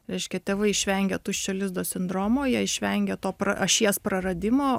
reiškia tėvai išvengia tuščio lizdo sindromo jie išvengia to pra ašies praradimo